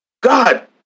God